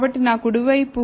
కాబట్టి నా కుడి వైపు